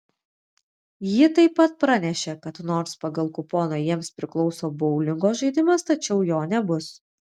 ji taip pat pranešė kad nors pagal kuponą jiems priklauso boulingo žaidimas tačiau jo nebus